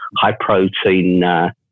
high-protein